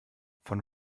von